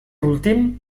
últim